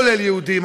כולל יהודים,